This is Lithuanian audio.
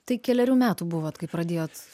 tai kelerių metų buvot kai pradėjot